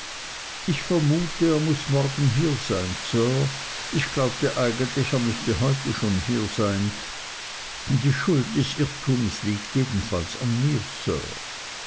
ich vermute er muß morgen hier sein sir ich glaubte eigentlich er müßte schon heute hier sein die schuld des irrtums liegt jedenfalls an mir